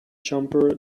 jumper